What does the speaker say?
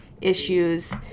issues